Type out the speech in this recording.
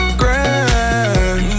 grand